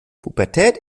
pubertät